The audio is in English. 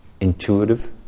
intuitive